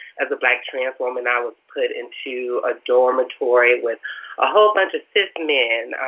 as a black trans woman, i was put into a dormitory with a whole bunch of cis men,